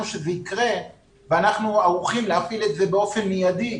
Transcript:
שזה יקרה ואנחנו ערוכים להפעיל את זה באופן מיידי.